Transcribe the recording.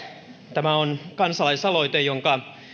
tämä on kansalaisaloite jonka